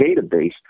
database